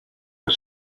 was